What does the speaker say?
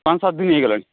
ପାଞ୍ଚ ସାତ ଦିନ ହୋଇଗଲାଣି